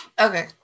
Okay